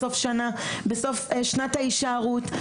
בסוף שנת ההישארות,